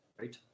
Right